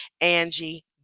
Angie